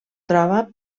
troba